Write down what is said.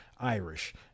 Irish